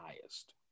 highest